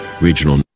regional